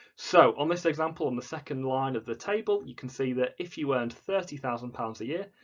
so on this example, on the second line of the table, you can see that if you earned thirty thousand pounds a year,